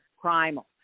primal